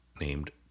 named